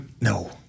No